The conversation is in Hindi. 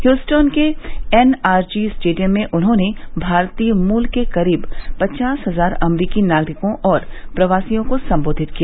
द्यूस्टन के एन आर जी स्टेडियम में उन्हॉने भारतीय मूल के करीब पचास हजार अमरीकी नागरिकॉ और प्रवासियों को संबोधित किया